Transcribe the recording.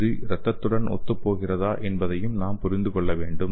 இது இரத்தத்துடன் ஒத்துப்போகிறதா என்பதையும் நாம் புரிந்து கொள்ள வேண்டும்